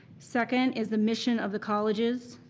second is the mission of the colleges,